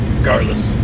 Regardless